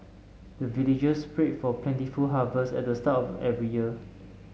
the villagers pray for plentiful harvest at the start of every year